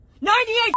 Ninety-eight